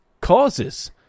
causes